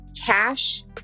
cash